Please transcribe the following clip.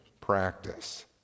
practice